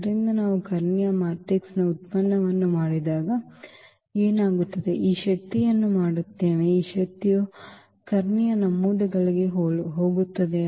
ಆದ್ದರಿಂದ ನಾವು ಕರ್ಣೀಯ ಮ್ಯಾಟ್ರಿಕ್ಸ್ನ ಉತ್ಪನ್ನವನ್ನು ಮಾಡಿದಾಗ ಏನಾಗುತ್ತದೆ ನಾವು ಈ ಶಕ್ತಿಯನ್ನು ಮಾಡುತ್ತೇವೆ ಈ ಶಕ್ತಿಯು ಕರ್ಣೀಯ ನಮೂದುಗಳಿಗೆ ಹೋಗುತ್ತದೆ